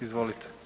Izvolite.